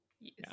Yes